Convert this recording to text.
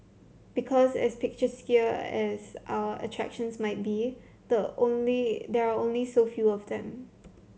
because as picturesque as our attractions might be the only there are only so few of them